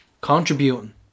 contributing